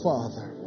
Father